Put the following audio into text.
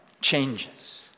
changes